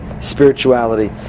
spirituality